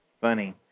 funny